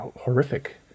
horrific